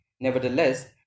Nevertheless